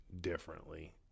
differently